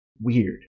weird